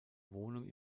wohnung